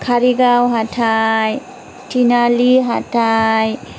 खारिगाव हाथाइ टिनालि हाथाइ